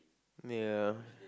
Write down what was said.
ya